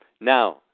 Now